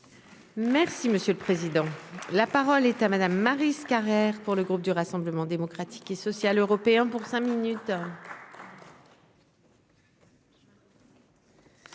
Merci monsieur le président. La parole est à madame Maryse Carrère pour le groupe du Rassemblement démocratique et social européen pour cinq minutes.